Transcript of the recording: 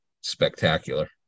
spectacular